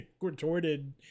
Retorted